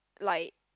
like